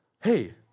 Hey